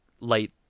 light